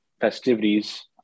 festivities